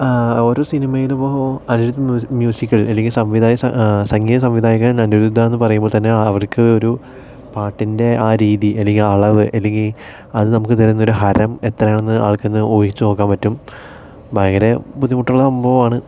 ഓരോ സിനിമയിലും ഇപ്പോൾ അനിരുദ്ധ് മ്യൂസിക് അല്ലെങ്കിൽ സംവിധയക സംഗീത സംവിധയകൻ അനിരുദ്ധാണെന്നു പറയുമ്പോൾത്തന്നെ ആ അവർക്ക് ഒരു പാട്ടിൻ്റെ ആ രീതി അല്ലെങ്കിൽ അളവ് അല്ലെങ്കിൽ അത് നമുക്ക് തരുന്നൊരു ഹരം എത്രയാണെന്ന് ആൾക്കെന്നു ഊഹിച്ച് നോക്കാൻ പറ്റും ഭയങ്കര ബുദ്ധിമുട്ടുള്ള സംഭവമാണ്